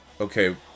Okay